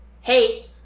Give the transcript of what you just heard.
hey